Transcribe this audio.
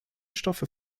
stoffe